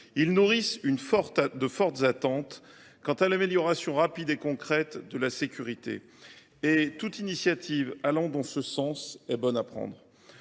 Ils nourrissent de fortes attentes quant à l’amélioration rapide et concrète de la sécurité. Toute initiative allant dans ce sens est donc bonne à prendre.